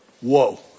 whoa